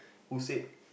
who said